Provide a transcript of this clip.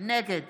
נגד